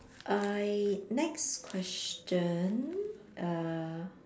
I next question err